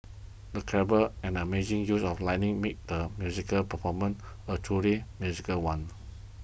the clever and amazing use of lighting made the musical performance a truly magical one